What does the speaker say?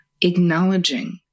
Acknowledging